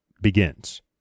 begins